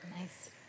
Nice